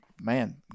man